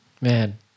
Man